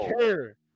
care